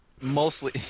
Mostly